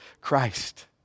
Christ